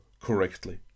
correctly